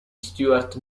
stuart